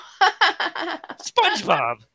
Spongebob